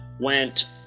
went